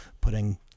putting